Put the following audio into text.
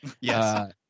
Yes